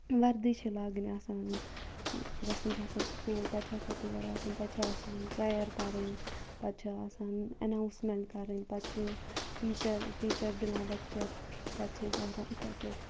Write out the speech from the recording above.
وَردی چھِ لاگٕنۍ آسان گَژھُن چھُ آسان سکوٗل پَتہٕ چھُ آسان تور واتُن تَتہِ چھُ آسان پریَر پَرٕنۍ پَتہٕ چھُ آسان اٮ۪ناوسمینٹ کَرٕنۍ پَتہٕ چھِ ٹیٖچَر ٹیٖچَر دِوان لیٚکچَر پَتہٕ چھِ أسۍ آسان اِتھے پٲٹھۍ